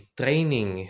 training